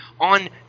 on